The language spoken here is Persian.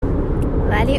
ولی